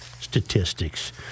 statistics